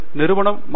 நன்றி